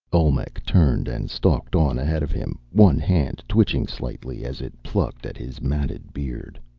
olmec turned and stalked on ahead of him, one hand twitching slightly as it plucked at his matted beard.